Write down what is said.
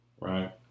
right